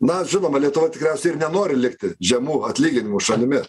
na žinoma lietuva tikriausiai ir nenori likti žemų atlyginimų šalimi